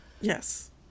yes